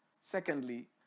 secondly